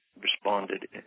responded